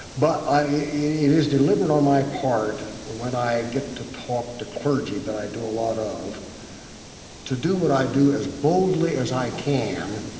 but it is deliberate on my part when i get to talk to clergy that i do a lot of to do what i do as boldly as i can